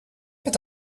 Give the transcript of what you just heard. but